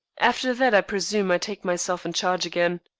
after that, i presume, i take myself in charge again.